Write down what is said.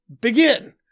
begin